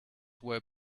were